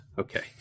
Okay